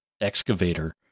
excavator